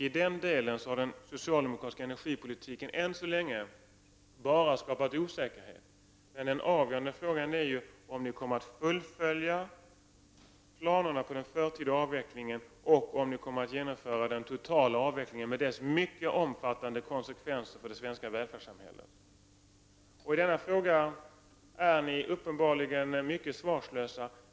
I den delen har den socialdemokratiska energipolitiken än så länge bara skapat osäkerhet. Den avgörande frågan är om socialdemokraterna kommer att fullfölja planerna på den förtida avvecklingen, och om de kommer att genomföra den totala avvecklingen med dess mycket omfattande konsekvenser för det svenska välfärdssamhället. I denna fråga är socialdemokraterna uppenbarligen helt svarslösa.